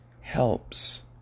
helps